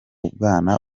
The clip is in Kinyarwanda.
bwana